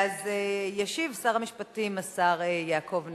ישיב שר המשפטים השר יעקב נאמן.